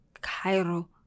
Cairo